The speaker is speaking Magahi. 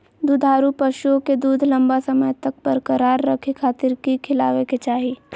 दुधारू पशुओं के दूध लंबा समय तक बरकरार रखे खातिर की खिलावे के चाही?